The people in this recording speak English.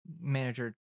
Manager